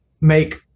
make